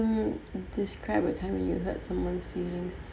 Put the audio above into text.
mm describe a time when you hurt someone's feelings